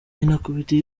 inakubita